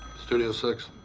studio six.